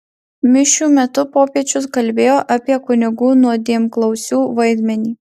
mišių metu popiežius kalbėjo apie kunigų nuodėmklausių vaidmenį